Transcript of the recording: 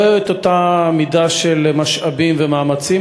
לא את אותה מידה של מאמצים ומשאבים?